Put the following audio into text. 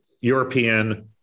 European